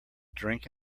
drink